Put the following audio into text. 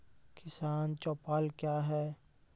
किसान चौपाल क्या हैं?